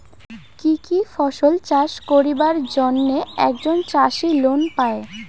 কি কি ফসল চাষ করিবার জন্যে একজন চাষী লোন পায়?